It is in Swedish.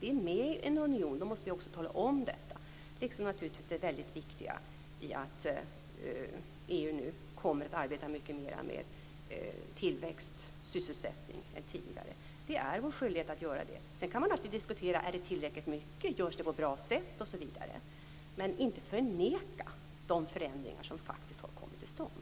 Vi är med i unionen, och då måste vi också tala om detta, liksom naturligtvis det väldigt viktiga i att EU nu kommer att arbeta mycket mera med tillväxt och sysselsättning än tidigare. Det är vår skyldighet att göra det. Sedan kan man alltid diskutera om det är tillräckligt mycket, om det görs på bra sätt osv. Men inte skall vi förneka de förändringar som faktiskt har kommit till stånd.